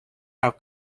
have